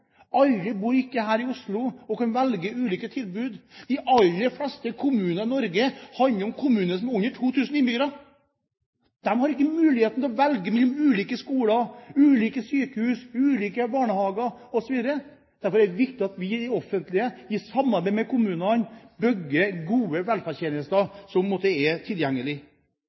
Alle bor ikke her i Oslo og kan velge ulike tilbud. De aller fleste kommunene i Norge er kommuner som har under 2 000 innbyggere. De har ikke muligheten til å velge mellom ulike skoler, ulike sykehus, ulike barnehager osv. Derfor er det viktig at vi i det offentlige i samarbeid med kommunene bygger gode velferdstjenester som er